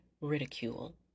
Ridicule